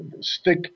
stick